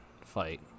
fight